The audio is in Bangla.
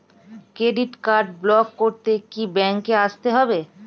ক্রেডিট কার্ড ব্লক করতে কি ব্যাংকে আসতে হবে?